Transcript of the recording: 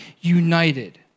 united